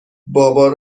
ابا